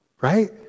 right